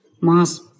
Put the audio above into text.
mass